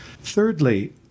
Thirdly